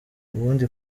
ubundi